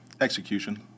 execution